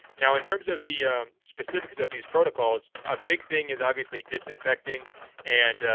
now, in terms of the specifics of these protocols, a big thing is obviously disinfecting and,